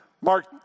Mark